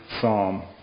Psalm